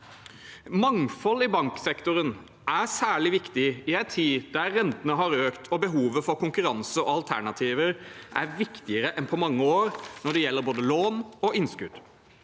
Mangfold i banksektoren er særlig viktig i en tid der rentene har økt og behovet for konkurranse og alternativer er viktigere enn på mange år når det gjelder både lån og innskudd.